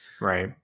Right